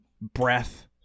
breath